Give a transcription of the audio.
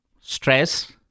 stress